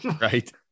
Right